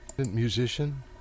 Musician